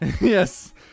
Yes